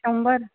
शंभर